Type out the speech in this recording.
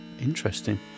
interesting